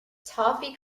toffee